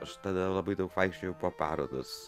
aš tada labai daug vaikščiojau po parodas